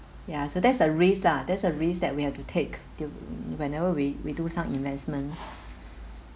ya so that's a risk ah there's a risk that we have to take whenever we we do some investments